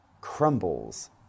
crumbles